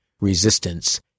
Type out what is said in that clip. Resistance